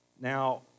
Now